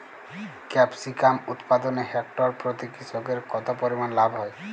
Capsicum উৎপাদনে hectare প্রতি কৃষকের কত পরিমান লাভ হয়?